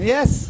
Yes